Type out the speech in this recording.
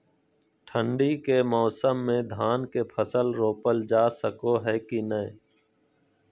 ठंडी के मौसम में धान के फसल रोपल जा सको है कि नय?